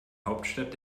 hauptstadt